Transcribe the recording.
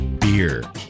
beer